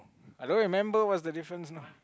I don't remember what's the difference now